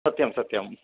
सत्यं सत्यम्